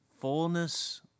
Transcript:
Fullness